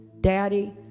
daddy